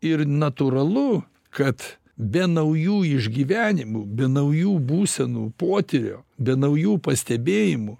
ir natūralu kad be naujų išgyvenimų be naujų būsenų potyrių be naujų pastebėjimų